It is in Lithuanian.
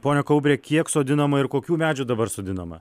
pone kaubre kiek sodinama ir kokių medžių dabar sodinama